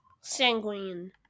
sanguine